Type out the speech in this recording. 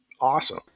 awesome